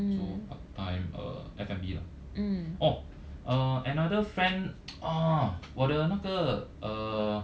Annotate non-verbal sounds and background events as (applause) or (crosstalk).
做 part time uh F&B lah orh uh another friend (noise) 我的那个 err